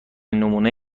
نمونه